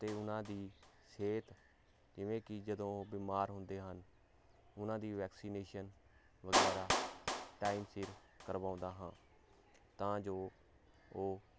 ਤੇ ਉਹਨਾਂ ਦੀ ਸਿਹਤ ਇਵੇਂ ਕਿ ਜਦੋਂ ਬਿਮਾਰ ਹੁੰਦੇ ਹਨ ਉਹਨਾਂ ਦੀ ਵੈਕਸੀਨੇਸ਼ਨ ਵਗੈਰਾ ਟਾਈਮ ਸਿਰ ਕਰਵਾਉਂਦਾ ਹਾਂ ਤਾਂ ਜੋ ਉਹ